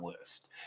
list